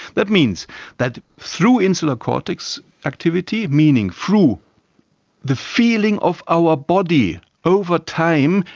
that means that through insular cortex activity, meaning through the feeling of our body over time,